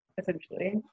essentially